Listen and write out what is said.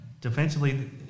defensively